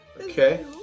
Okay